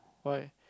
why